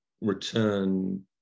return